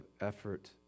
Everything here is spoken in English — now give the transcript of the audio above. effort